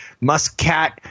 Muscat